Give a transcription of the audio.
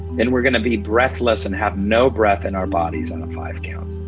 and we're gonna be breathless and have no breath in our bodies on a five-count.